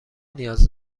نیاز